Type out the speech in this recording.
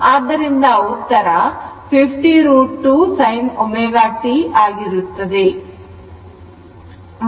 ಆದ್ದರಿಂದ ಉತ್ತರ 50 √ 2 sin ω t ಆಗಿರುತ್ತದೆ